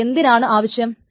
അത് എന്തിനാണ് ആവശ്യം